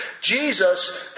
Jesus